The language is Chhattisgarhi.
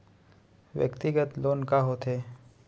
व्यक्तिगत लोन का होथे?